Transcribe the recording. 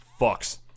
fucks